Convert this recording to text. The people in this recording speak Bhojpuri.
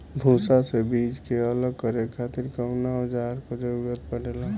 भूसी से बीज के अलग करे खातिर कउना औजार क जरूरत पड़ेला?